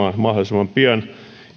mahdollisimman pian